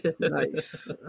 Nice